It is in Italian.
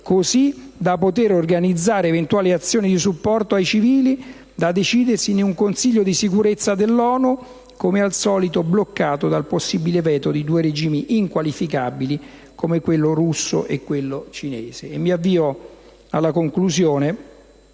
così da poter organizzare eventuali azioni di supporto ai civili, da decidersi in un Consiglio di Sicurezza dell'ONU come al solito bloccato dal possibile veto di due regimi inqualificabili come quelli russo e cinese.